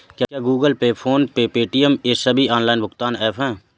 क्या Google pay PhonePe Paytm ये सभी ऑनलाइन भुगतान ऐप हैं?